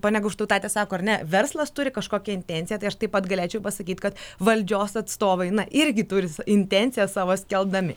ponia goštautaitė sako ar ne verslas turi kažkokią intenciją tai aš taip pat galėčiau pasakyt kad valdžios atstovai na irgi turi intenciją savo skelbdami